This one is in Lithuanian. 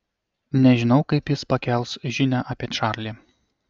nežinau kaip jis pakels žinią apie čarlį